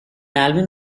alvin